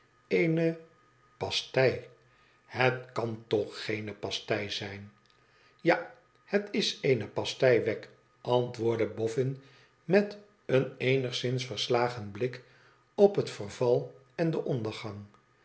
eene pastei het kan toch geene pastei zijn ija het is eene pastei wegg antwoordde bofn met een eenigszins verslagen blik op het verval en den ondergang